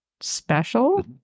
special